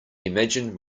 imagined